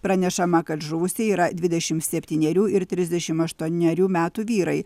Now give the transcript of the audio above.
pranešama kad žuvusieji yra dvidešimt septynerių ir trisdešimt aštuonerių metų vyrai